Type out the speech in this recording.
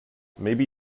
maybe